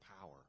power